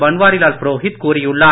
பன்வாரிலால் புரோகித் கூறியுள்ளார்